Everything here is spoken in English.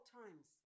times